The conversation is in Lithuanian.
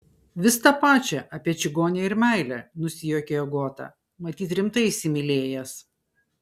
vis tą pačią apie čigonę ir meilę nusijuokė agota matyt rimtai įsimylėjęs